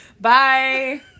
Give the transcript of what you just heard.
Bye